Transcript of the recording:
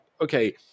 okay